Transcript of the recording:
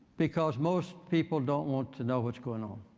because most people don't want to know what's going on.